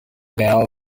bell